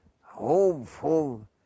hopeful